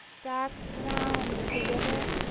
dark brown is the river,